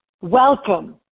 Welcome